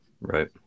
Right